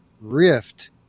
Rift